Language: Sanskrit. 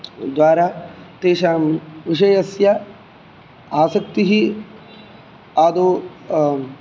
द्वारा तेषां विषयस्य आसक्तिः आदौ